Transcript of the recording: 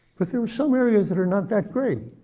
but there were some areas that are not that gray.